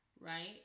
right